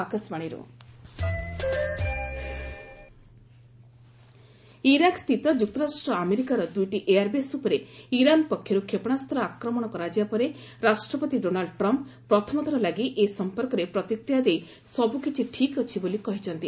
US Iran ଇରାକସ୍ଥିତ ଯୁକ୍ତରାଷ୍ଟ୍ର ଆମେରିକାର ଦୁଇଟି ଏୟାରବେସ୍ ଉପରେ ଇରାନ ପକ୍ଷରୁ କ୍ଷେପଣାସ୍ତ ଆକ୍ରମଣ କରାଯିବା ପରେ ରାଷ୍ଟ୍ରପତି ଡୋନାଲ୍ଡ ଟ୍ରମ୍ପ୍ ପ୍ରଥମଥର ଲାଗି ଏ ସଂପର୍କରେ ପ୍ରତିକ୍ରିୟା ଦେଇ ସବୁକିଛି ଠିକ୍ ଅଛି ବୋଲି କହିଛନ୍ତି